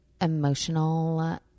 emotional